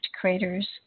craters